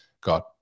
got